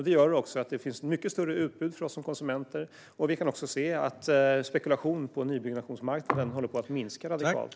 Detta gör att det finns ett mycket större utbud för oss som konsumenter, och vi kan också se att spekulationen på nybyggnationsmarknaden håller på att minska radikalt.